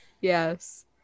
Yes